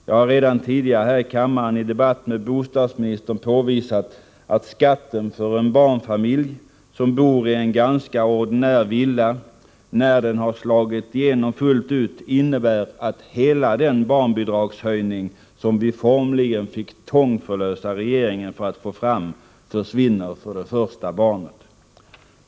Jag har redan tidigare här i kammaren i debatt med bostadsministern påvisat att skatten när den slagit igenom fullt ut för en barnfamilj som bor i en ganska ordinär villa innebär att hela den barnbidragshöjning som vi formligen fick tångförlösa regeringen för att få fram försvinner för det första barnet.